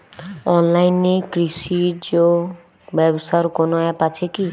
অনলাইনে কৃষিজ ব্যবসার কোন আ্যপ আছে কি?